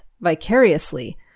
vicariously